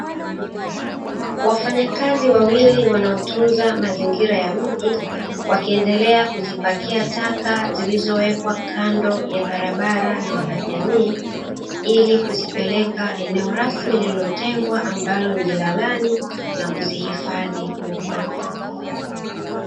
Wafanyakazi wawili wanaotunza mazingira ya mji wakiendelea kuzipakia taka, zilizowekwa kando ya barabara na wanajamii. Ili kuzipeleka eneo rasmi liliotengwa, ambalo ni jalalani na kuzihifadhi huko.